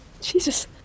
Jesus